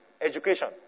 Education